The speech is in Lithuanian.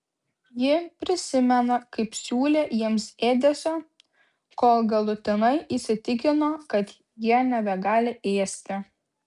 ji prisimena kaip siūlė jiems ėdesio kol galutinai įsitikino kad jie nebegali ėsti